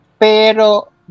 Pero